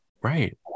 right